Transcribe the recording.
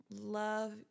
love